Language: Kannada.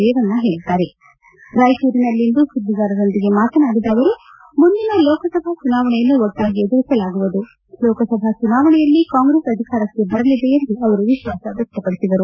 ರೇವಣ್ಣ ಹೇಳಿದ್ದಾರೆ ರಾಯಚೂರಿನಲ್ಲಿಂದು ಸುದ್ವಿಗಾರರೊಂದಿಗೆ ಮಾತನಾಡಿದ ಅವರು ಮುಂದಿನ ಲೋಕಸಭಾ ಚುನಾವಣೆಯನ್ನು ಒಟ್ಟಾಗಿ ಎದುರಿಸಲಾಗುವುದು ಲೋಕಸಭಾ ಚುನಾವಣೆಯಲ್ಲಿ ಕಾಂಗ್ರೆಸ್ ಅಧಿಕಾರಕ್ಕೆ ಬರಲಿದೆ ಎಂದು ಅವರು ವಿಶ್ವಾಸ ವ್ಯಕ್ತಪಡಿಸಿದರು